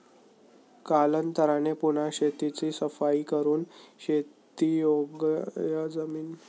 कालांतराने पुन्हा शेताची सफाई करून शेतीयोग्य जमीन मिळते